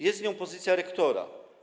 Jest nią pozycja rektora.